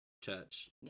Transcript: church